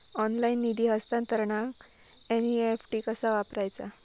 Online निधी हस्तांतरणाक NEFT कसा वापरायचा?